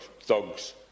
thugs